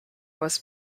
was